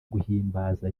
guhimbaza